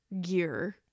gear